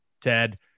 Ted